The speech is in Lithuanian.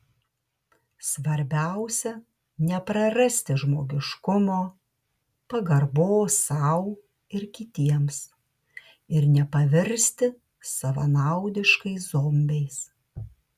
svarbiausia neprarasti žmogiškumo pagarbos sau ir kitiems ir nepavirsti savanaudiškais zombiais